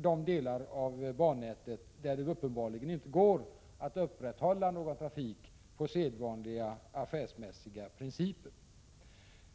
de delar av bannätet där det uppenbarligen inte går att upprätthålla någon trafik på sedvanliga affärsmässiga grunder.